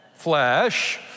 flesh